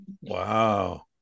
wow